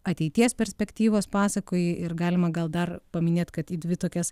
ateities perspektyvos pasakoji ir galima gal dar paminėt kad į dvi tokias